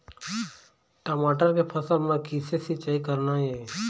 टमाटर के फसल म किसे सिचाई करना ये?